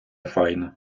файна